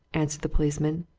answered the policeman.